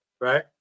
Right